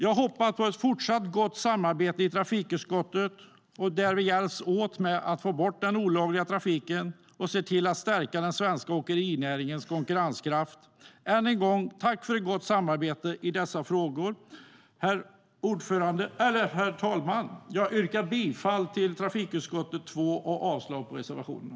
Jag hoppas på ett fortsatt gott samarbete i trafikutskottet, där vi hjälps åt med att få bort den olagliga trafiken och ser till att stärka den svenska åkerinäringens konkurrenskraft. Än en gång tackar jag för ett gott samarbete i dessa frågor. Herr talman! Jag yrkar bifall till förslaget i trafikutskottets betänkande 2 och avslag på reservationerna.